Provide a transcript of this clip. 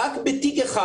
רק בתיק אחד,